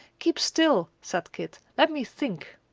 keep still! said kit. let me think.